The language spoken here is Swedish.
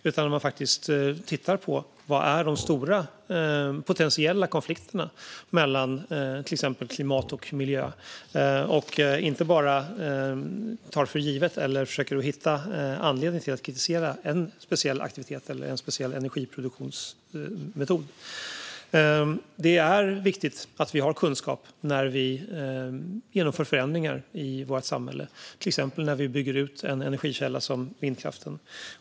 Man måste titta på var de stora potentiella konflikterna finns mellan exempelvis klimat och miljö och inte bara försöka hitta anledningar att kritisera en speciell aktivitet eller en speciell energiproduktionsmetod. Det är viktigt att vi har kunskap när vi genomför förändringar i vårt samhälle, till exempel när vi bygger ut en energikälla som vindkraften.